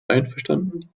einverstanden